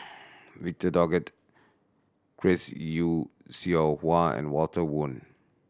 Victor Doggett Chris Yeo Siew Hua and Walter Woon